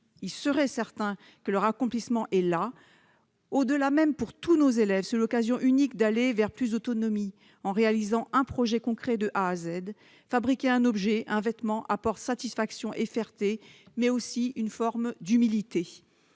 alors certains que leur accomplissement est là. Au-delà, ce serait pour tous nos élèves l'occasion unique d'aller vers plus d'autonomie en réalisant un projet concret de A à Z. Fabriquer un objet, un vêtement, apporte satisfaction et fierté, mais aussi une forme d'humilité.